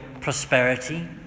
prosperity